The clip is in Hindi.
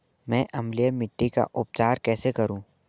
मैं अम्लीय मिट्टी का उपचार कैसे करूं?